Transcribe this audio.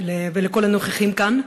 ולכל הנוכחים כאן.